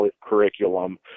curriculum